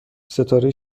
ستاره